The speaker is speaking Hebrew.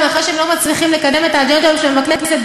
אחרי שהם לא מצליחים לקדם את האג'נדה שלהם בכנסת,